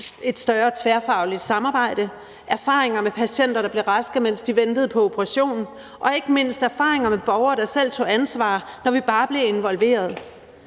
et større tværfagligt samarbejde, erfaringer med patienter, der blev raske, mens de ventede på operation, og ikke mindst erfaringer med borgere, der selv tog ansvar, når bare vi blev involveret.